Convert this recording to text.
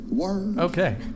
Okay